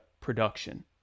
production